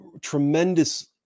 tremendous